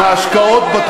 מה עם ערד?